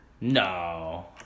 No